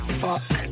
fuck